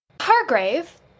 Hargrave